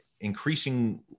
increasing